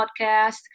Podcast